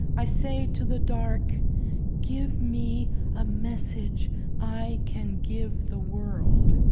i say to the dark give me a message i can give the world.